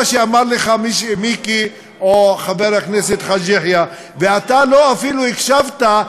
מה שאמר לך מיקי או חבר הכנסת חאג' יחיא ואתה לא אפילו הקשבת,